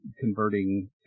converting